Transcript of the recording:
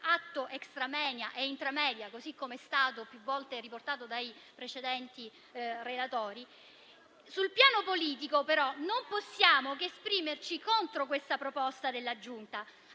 atto *extra moenia* e *intra moenia*, così com'è stato più volte riportato dai relatori - sul piano politico, però, non possiamo che esprimerci contro questa proposta della Giunta